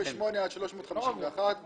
כועס, אמרתי את זה,